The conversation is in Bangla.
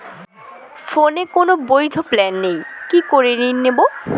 ফোনে কোন বৈধ প্ল্যান নেই কি করে ঋণ নেব?